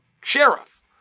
sheriff